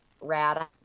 rad